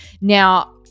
Now